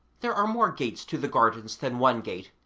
there are more gates to the gardens than one gate,